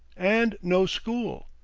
and no school.